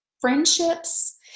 friendships